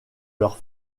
leur